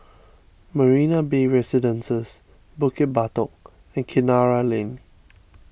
Marina Bay Residences Bukit Batok and Kinara Lane